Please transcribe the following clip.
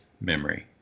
memory